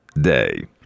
Day